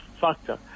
factor